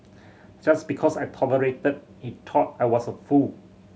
just because I tolerated he thought I was a fool